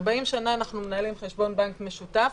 40 שנה אנחנו מנהלים חשבון בנק משותף,